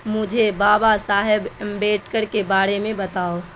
مجھے بابا صاحب امبیڈکر کے بارے میں بتاؤ